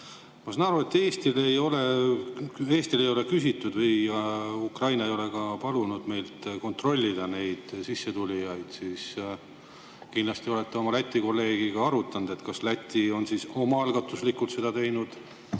Ma saan aru, et Eestilt ei ole küsitud või Ukraina ei ole palunud meil kontrollida neid sissetulijaid. Kindlasti olete oma Läti kolleegiga arutanud, kas Läti on omaalgatuslikult seda teinud,